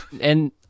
and-